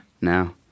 now